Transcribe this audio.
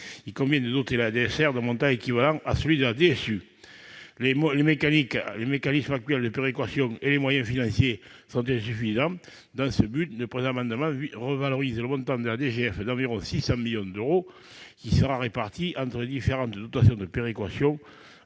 il convient de doter la DSR d'un montant équivalent à celui de la DSU. Les mécanismes actuels de péréquation et les moyens financiers qui sont alloués sont insuffisants. Dans ce but, le présent amendement vise à revaloriser le montant de la DGF d'environ 600 millions d'euros, lequel sera réparti entre les différentes dotations de péréquation